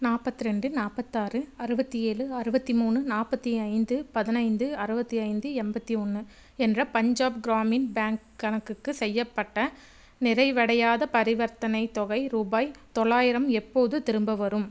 நாற்பத்ரெண்டு நாற்பத்தாறு அறுபத்தி ஏழு அறுபத்தி மூணு நாற்பத்தி ஐந்து பதினைந்து அறுபத்தி ஐந்து எண்பத்தி ஒன்று என்ற பஞ்சாப் கிராமின் பேங்க் கணக்குக்கு செய்யப்பட்ட நிறைவடையாத பரிவர்த்தனைத் தொகை ரூபாய் தொள்ளாயிரம் எப்போது திரும்ப வரும்